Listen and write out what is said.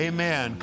Amen